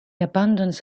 abundance